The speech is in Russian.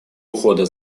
ухода